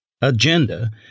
agenda